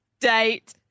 date